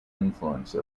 influence